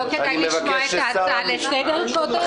לא כדאי לשמוע את ההצעה לסדר קודם?